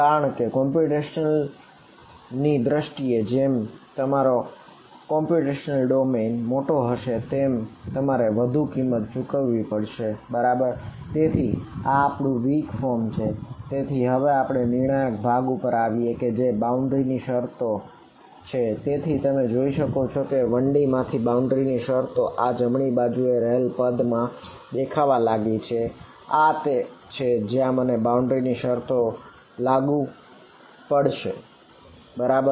કારણ કે કોમ્પ્યુટેશન ની શરતો લાગુ પડી શકીશ બરાબર